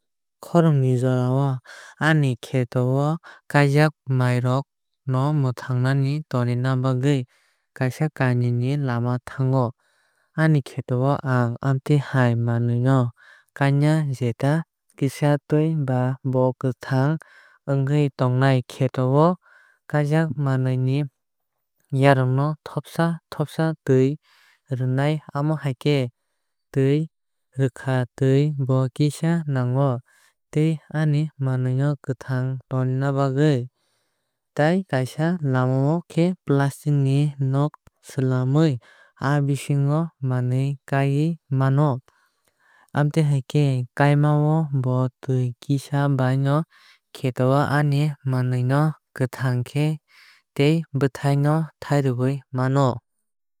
Khoran ni jora o ani kheto o kaijak manwui rok no mwthangwui tonina bagwui kaisa kainwui ni kainwui lama thango. Ani kheto o ang amtui hai manwui no kainai jeta kisa tui ba bo kwthang ongwui tongnai. Kheto o kaijak manwui ni yarwng no thopsa thopsa tui rwnai amo hai khe tui rwkha tui bo kisa nango tei ani manwui kwthang tongwui bagwui. Tai kaisa lama khe plastic ni nog swlamaui aa bisingo manwui kaiui mano. Amotui khe kaima o bo tui kisa bai no kheto ni manwui no kwthang khe tei bwthai thairwui mano.